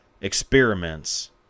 experiments